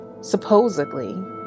supposedly